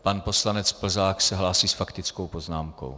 Pan poslanec Plzák se hlásí s faktickou poznámkou.